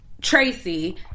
tracy